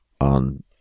on